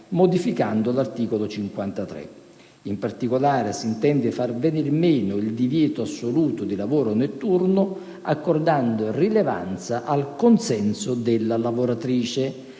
modificando l'articolo 53. In particolare, si intende far venir meno il divieto assoluto di lavoro notturno, accordando rilevanza al consenso della lavoratrice,